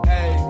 Hey